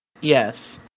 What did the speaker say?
Yes